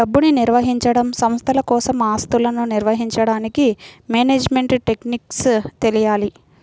డబ్బుని నిర్వహించడం, సంస్థల కోసం ఆస్తులను నిర్వహించడానికి మేనేజ్మెంట్ టెక్నిక్స్ తెలియాలి